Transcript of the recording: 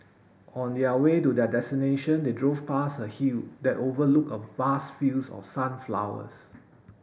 on the way to their destination they drove past a hill that overlook of vast fields of sunflowers